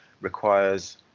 requires